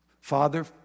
Father